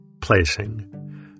placing